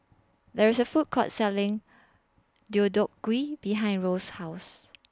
There IS A Food Court Selling Deodeok Gui behind Rose's House